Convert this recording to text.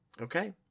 Okay